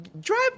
Drive